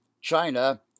China